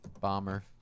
bomber